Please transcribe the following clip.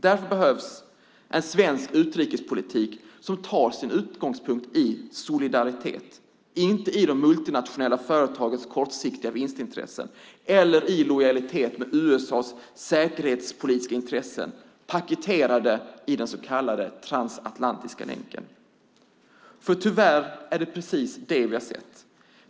Därför behövs en svensk utrikespolitik som tar sin utgångspunkt i solidaritet, inte i de multinationella företagens kortsiktiga vinstintressen eller i lojalitet med USA:s säkerhetspolitiska intressen paketerade i den så kallade transatlantiska länken. Tyvärr är det precis det som vi har sett.